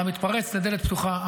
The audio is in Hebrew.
אתה מתפרץ לדלת פתוחה.